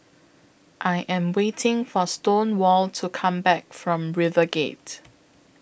I Am waiting For Stonewall to Come Back from RiverGate